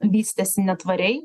vystėsi netvariai